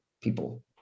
people